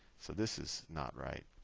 so this is not right.